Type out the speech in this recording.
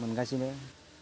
मोनगासिनो